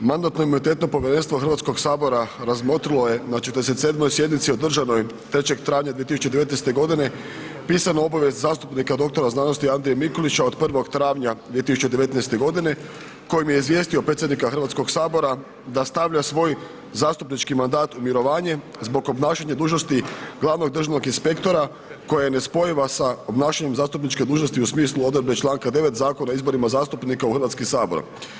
Mandatno-imunitetno povjerenstvo Hrvatskog sabora razmotrilo je na 47. sjednici održanoj 03. travnja 2019. godine pisanu obavijest zastupnika doktora znanosti Andrije Mikulića od 01. travnja 2019. godine, kojim je izvijestio predsjednika Hrvatskog sabora da stavlja svoj zastupnički mandat u mirovanje zbog obnašanja dužnosti glavnog državnog inspektora koja je nespojiva sa obnašanjem zastupničke dužnosti u smislu odredbe članka 9. Zakona o izborima zastupnika u Hrvatski sabor.